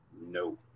No